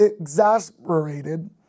exasperated